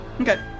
Okay